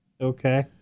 Okay